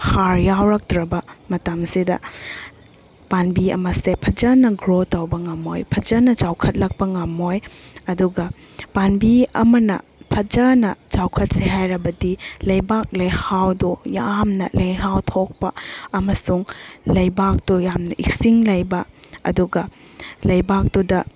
ꯍꯥꯔ ꯌꯥꯎꯔꯛꯇ꯭ꯔꯕ ꯃꯇꯝꯁꯤꯗ ꯄꯥꯝꯕꯤ ꯑꯃꯁꯦ ꯐꯖꯅ ꯒ꯭ꯔꯣ ꯇꯧꯕ ꯉꯝꯃꯣꯏ ꯐꯖꯅ ꯆꯥꯎꯈꯠꯂꯛꯄ ꯉꯝꯃꯣꯏ ꯑꯗꯨꯒ ꯄꯥꯟꯕꯤ ꯑꯃꯅ ꯐꯖꯅ ꯆꯥꯎꯈꯠꯁꯦ ꯍꯥꯏꯔꯕꯗꯤ ꯂꯩꯕꯥꯛ ꯂꯩꯍꯥꯎꯗꯣ ꯌꯥꯝꯅ ꯂꯩꯍꯥꯎ ꯊꯣꯛꯄ ꯑꯃꯁꯨꯡ ꯂꯩꯕꯥꯛꯇꯣ ꯌꯥꯝꯅ ꯏꯁꯤꯡ ꯂꯩꯕ ꯑꯗꯨꯒ ꯂꯩꯕꯥꯛꯇꯨꯗ